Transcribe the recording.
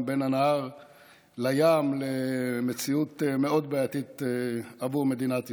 בין הנהר לים למציאות מאוד בעייתית עבור מדינת ישראל.